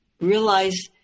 realize